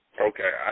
Okay